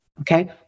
okay